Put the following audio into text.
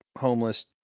homeless